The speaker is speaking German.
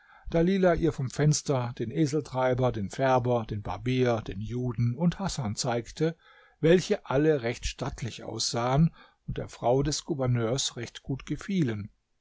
dalilah ihr vom fenster den eseltreiber den färber den barbier den juden und hasan zeigte welche alle recht stattlich aussahen und der frau des gouverneurs recht gut gefielen